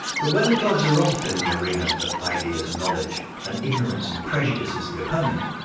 but when the gloves are off in the arena of ideas and knowledge, and ignorance and prejudice is the opponent,